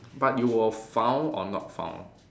but you were found or not found